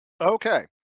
Okay